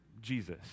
Jesus